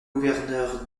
gouverneur